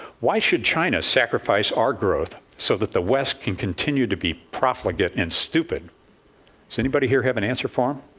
why should china sacrifice our growth so that the west can continue to be profligate and stupid? does anybody here have an answer for him?